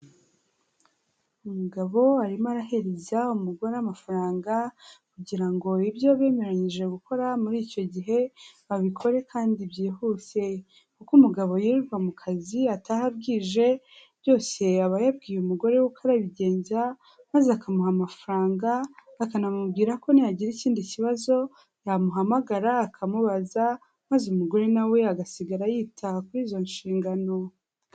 Umugabo arimo arahereza umugore amafaranga, kugira ngo ibyo bemeranyije gukora muri icyo gihe abikore kandi byihuse, kuko umugabo yirirwa mu kazi ataha bwije, byose yaba yabwiye umugore we ko arabigenza maze akamuha amafaranga akanamubwira ko nihagira ikindi kibazo, yamuhamagara akamubaza maze umugore nawe agasigara yita kuri izo nshingano.